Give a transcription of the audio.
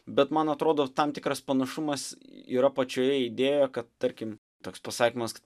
bet man atrodo tam tikras panašumas yra pačioje idėjoje kad tarkim toks pasakymas